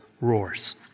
roars